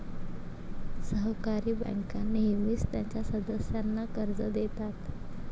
सहकारी बँका नेहमीच त्यांच्या सदस्यांना कर्ज देतात